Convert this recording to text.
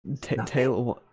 taylor